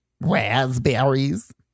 Raspberries